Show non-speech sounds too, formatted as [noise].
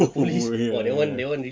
oh [laughs] ya ya